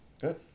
Good